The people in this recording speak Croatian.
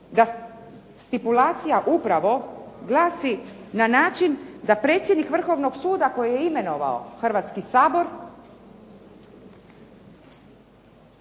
da stipulacija upravo glasi na način da predsjednik Vrhovnog suda kojeg je imenovao Hrvatski sabor